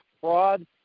fraud